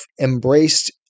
embraced